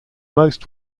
most